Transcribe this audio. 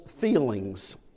Feelings